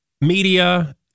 Media